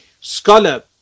scholar